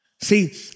See